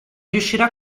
riuscirà